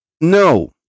no